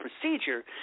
procedure